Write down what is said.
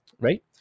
Right